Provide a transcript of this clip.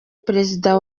perezida